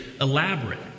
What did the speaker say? elaborate